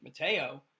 Mateo